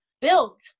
build